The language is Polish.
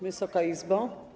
Wysoka Izbo!